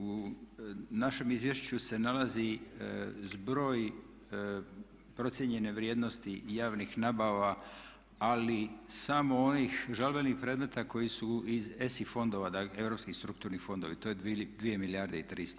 U našem izvješću se nalazi zbroj procijenjene vrijednosti javnih nabava, ali samo onih žalbenih predmeta koji su iz ES-i fondova, dakle Europskih strukturnih fondova, to je 2 milijarde i 300.